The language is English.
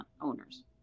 owners